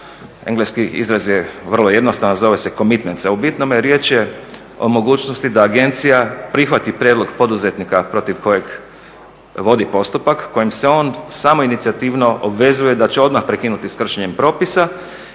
engleski izraz je vrlo jednostavan, zove se commitnent. A u bitnome riječ je o mogućnosti da agencija prihvati prijedlog poduzetnika protiv kojeg vodi postupak kojim se on samoinicijativno obvezuje da će odmah prekinuti sa kršenjem propisa i ujedno predlaže mjere kojima